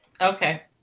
Okay